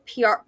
PR